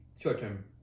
Short-term